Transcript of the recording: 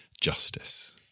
justice